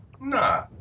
nah